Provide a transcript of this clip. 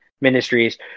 Ministries